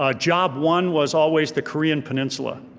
ah job one was always the korean peninsula.